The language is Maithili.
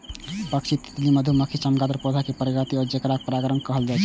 पक्षी, तितली, मधुमाछी, चमगादड़ पौधा कें परागित करै छै, जेकरा परागणक कहल जाइ छै